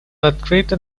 открыто